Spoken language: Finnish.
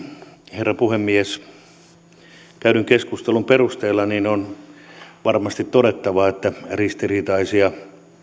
herra puhemies käydyn keskustelun perusteella on varmasti todettava että on ristiriitaisia